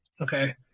Okay